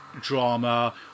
drama